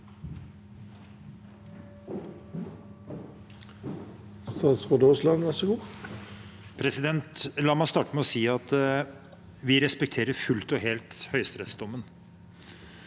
vi respekterer fullt og helt høyesterettsdommen,